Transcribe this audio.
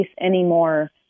anymore